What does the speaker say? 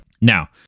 now